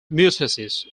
mitosis